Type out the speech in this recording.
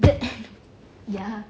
the N ya